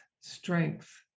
strength